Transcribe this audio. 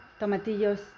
tomatillos